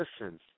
Listen